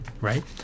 right